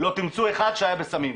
לא תמצאו אחד שהיה בסמים,